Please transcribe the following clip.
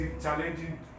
challenging